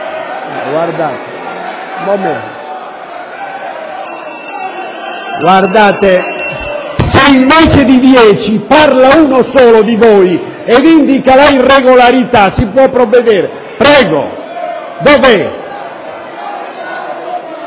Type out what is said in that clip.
procedere. Se invece di dieci parla uno solo di voi ed indica l'irregolarità si può provvedere. Proclamo